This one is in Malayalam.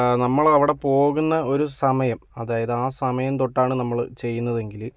നമ്മളവിടെ പോകുന്ന ഒരു സമയം അതായത് ആ സമയം തൊട്ടാണ് നമ്മൾ ചെയ്യുന്നതെങ്കിൽ